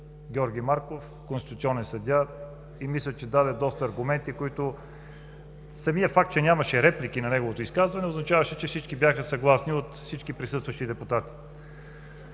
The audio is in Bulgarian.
Георги Марков, конституционен съдия, който даде доста аргументи. Самият факт, че нямаше реплики на неговото изказване, означаваше, че всички бяха съгласни, от всички присъстващи депутати.